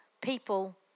people